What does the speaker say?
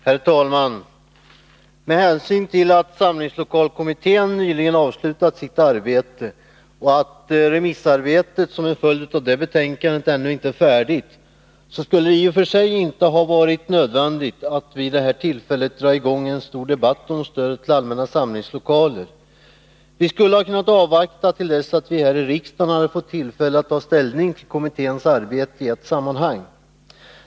Herr talman! Med hänsyn till att samlingslokalkommittén nyligen avslutat sitt arbete och att remissarbetet när det gäller dess betänkande ännu inte är färdigt skulle det i och för sig inte ha varit nödvändigt att vid det här tillfället dra i gång en stor debatt om stödet till allmänna samlingslokaler. Vi skulle ha kunnat avvakta till dess att vi här i riksdagen hade fått tillfälle att i ett sammanhang ta ställning till kommitténs arbete.